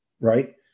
right